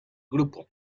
grupo